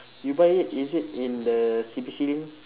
you buy it is it in the C_B_C link